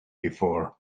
before